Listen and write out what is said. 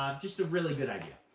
um just a really good idea.